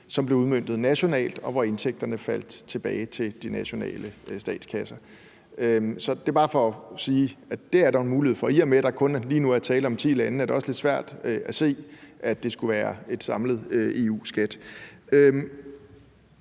som blev udmøntet nationalt, og hvor indtægterne gik tilbage til de nationale statskasser. Det er bare for at sige, at det er der jo en mulighed for, og i og med at der lige nu kun er tale om ti lande, er det også lidt svært at se, at det skulle være en samlet EU-skat.